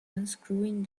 unscrewing